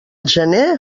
gener